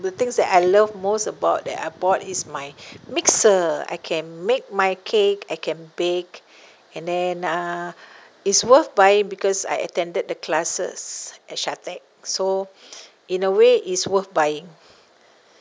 the things that I love most about that I bought is my mixer I can make my cake I can bake and then uh it's worth buying because I attended the classes at shatec so in a way it's worth buying